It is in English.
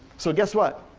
so guess what?